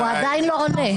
הוא עדיין לא עונה.